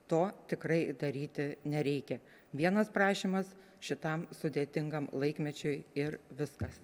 to tikrai daryti nereikia vienas prašymas šitam sudėtingam laikmečiui ir viskas